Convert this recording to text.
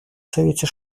совете